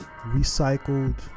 recycled